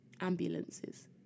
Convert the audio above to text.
ambulances